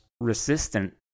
resistant